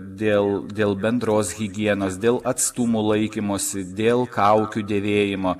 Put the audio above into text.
dėl dėl bendros higienos dėl atstumo laikymosi dėl kaukių dėvėjimo